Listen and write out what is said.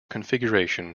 configuration